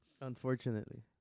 Unfortunately